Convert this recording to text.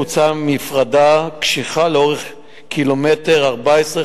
בוצעה מפרדה קשיחה לאורך קילומטר 14,